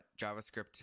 JavaScript